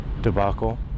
debacle